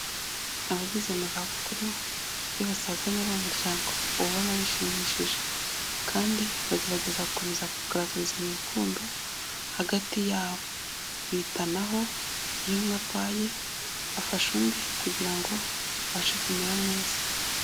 Abageze mu zabukuru iyo basazanye ari umuryango uba ubona bishimishije, kandi bagerageza gukomeza kugaragarizanya urukundo hagati yabo. Bitanaho, iyo umwe arwaye afasha undi kugira ngo abashe kumera neza.